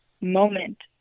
moment